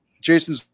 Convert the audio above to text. Jason